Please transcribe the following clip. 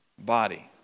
body